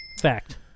Fact